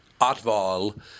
Atval